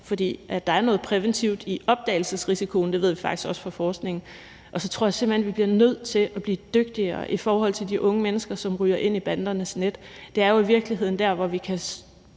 for der er noget præventivt i opdagelsesrisikoen, og det ved vi faktisk også fra forskningen, og så tror jeg simpelt hen, at vi bliver nødt til at blive dygtigere i forhold til de unge mennesker, som ryger ind i bandernes net. Det er jo i virkeligheden der, hvor vi kan